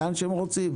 לאן שהם רוצים?